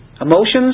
Emotions